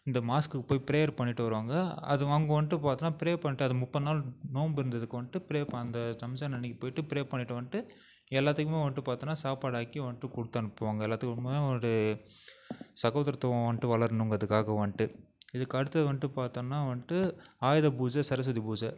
இந்த மாஸ்க்குக்கு போய் ப்ரேயர் பண்ணிவிட்டு வருவாங்க அது அவங்க வந்துட்டு பார்த்தோன்னா ப்ரேயர் பண்ணிவிட்டு அது முப்பது நாள் நோன்பு இருந்ததுக்கு வந்துட்டு ப்ரே அந்த ரம்ஜான் அன்றைக்கி போய்விட்டு ப்ரே பண்ணிவிட்டு வந்துட்டு எல்லாத்துக்குமே வந்துட்டு பார்த்தோன்னா சாப்பாடு ஆக்கி வந்துட்டு கொடுத்து அனுப்புவாங்க எல்லாத்துக்குமே ஒரு சகோதரத்துவம் வந்துட்டு வளரணுங்கிறதுக்காக வந்துட்டு இதுக்கடுத்தது வந்துட்டு பார்த்தோன்னா வந்துட்டு ஆயுதபூஜை சரஸ்வதி பூஜை